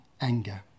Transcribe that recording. anger